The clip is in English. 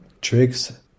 tricks